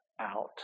out